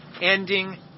Ending